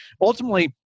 ultimately